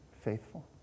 faithful